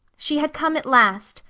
she had come at last.